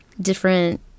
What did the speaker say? different